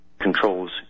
controls